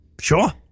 Sure